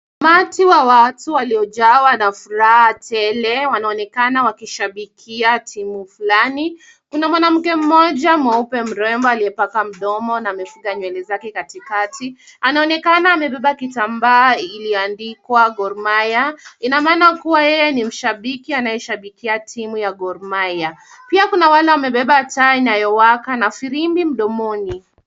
Umati wa watu walio jawa na furaha tele. Wanaonekana wakishabikia timu fulani. Kuna mwanamke mmoja mweupe mrembo aliyepaka mdomo na amefunga nywele zake katikati. Anaonekana amembeba kitambaa iliyo andikwa Gor Mahia . Ina maana kuwa yeye ni mshabiki anaye shabikia timu ya Gor Mahia . Pia kuna wale wamebeba taa inayo waka na firimbi mdomoni.